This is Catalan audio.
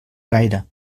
gaire